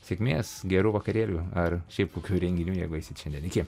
sėkmės gerų vakarėlių ar šiaip kokių renginių jeigu eisit šiandien iki